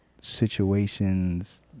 situations